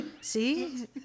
See